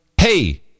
Hey